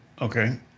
Okay